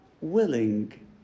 willing